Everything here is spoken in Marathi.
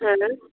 चालेल